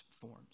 forms